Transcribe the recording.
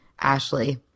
Ashley